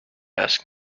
ask